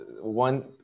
one